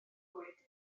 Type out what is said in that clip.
oed